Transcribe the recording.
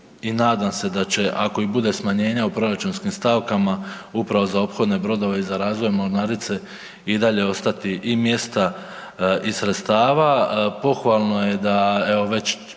i nadam se da će ako i bude smanjenja u proračunskim stavkama, upravo za ophodne brodove i za razvoj mornarice i dalje ostati i mjesta, i sredstava.